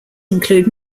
include